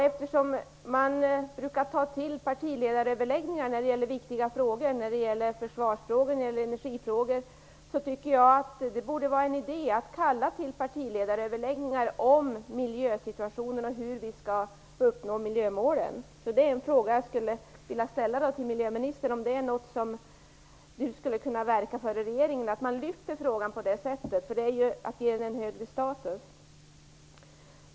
Eftersom man brukar ta till partiledaröverläggningar när det gäller viktiga frågor, t.ex. försvarsfrågor och energifrågor, tycker jag att det borde vara en idé att kalla till partiledaröverläggningar om miljösituationen och hur vi skall uppnå miljömålen. Det är en fråga som jag skulle vilja ställa till miljöministern. Är det något som miljöministern skulle kunna verka för i regeringen, att man lyfter frågan på det sättet? Det vore att ge den en högre status.